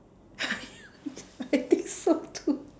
I think so too